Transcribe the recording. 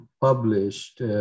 published